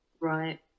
Right